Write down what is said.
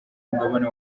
mugabane